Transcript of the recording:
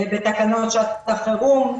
בתקנות לשעת חירום,